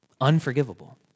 Unforgivable